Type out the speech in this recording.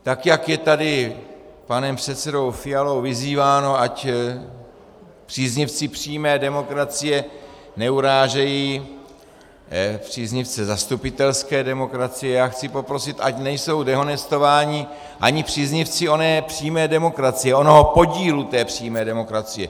Tak jak je tady panem předsedou Fialou vyzýváno, ať příznivci přímé demokracie neurážejí příznivce zastupitelské demokracie, já chci poprosit, ať nejsou dehonestováni ani příznivci oné přímé demokracie, onoho podílu té přímé demokracie.